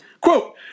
Quote